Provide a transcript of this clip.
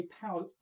power